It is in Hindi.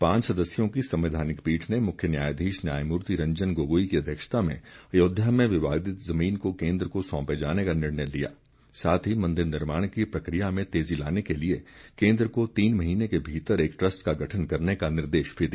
पांच सदस्यों की संवैधानिक पीठ ने मुख्य न्यायाधीश न्यायमूर्ति रंजन गोगोई की अध्यक्षता में अयोध्या में विवादित जमीन को केन्द्र को सौंपे जाने का निर्णय लिया साथ ही मंदिर निर्माण की प्रक्रिया में तेजी लाने के लिए केन्द्र को तीन महीने के भीतर एक ट्रस्ट का गठन करने का निर्देश भी दिया